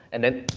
and then,